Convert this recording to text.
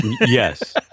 Yes